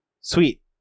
Sweet